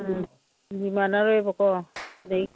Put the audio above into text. ꯎꯝ ꯐꯤ ꯃꯥꯟꯅꯔꯣꯏꯌꯦꯕꯀꯣ ꯑꯗꯒꯤ